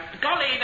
golly